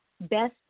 Best